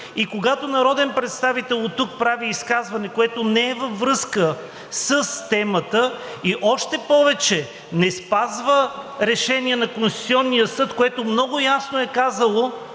и когато народен представител оттук прави изказване, което не е във връзка с темата, и още повече не спазва решение на Конституционния съд, което много ясно е казало